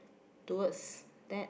towards that